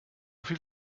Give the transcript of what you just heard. viel